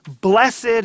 blessed